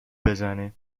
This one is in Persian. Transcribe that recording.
بزنی